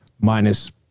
minus